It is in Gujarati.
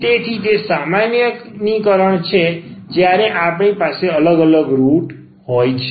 તેથી તે સામાન્યીકરણ છે જ્યારે આપણી પાસે અલગ રુટ હોય છે